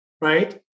right